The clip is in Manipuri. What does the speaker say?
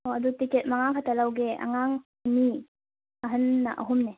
ꯑꯣ ꯑꯗꯣ ꯇꯤꯀꯦꯠ ꯃꯉꯥ ꯈꯛꯇ ꯂꯩꯒꯦ ꯑꯉꯥꯡ ꯑꯅꯤ ꯑꯍꯜꯅ ꯑꯍꯨꯝꯅꯦ